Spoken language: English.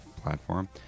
platform